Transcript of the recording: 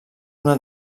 una